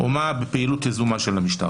או מה היה בפעילות יזומה של המשטרה.